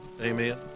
amen